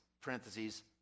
parentheses